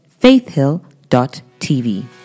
faithhill.tv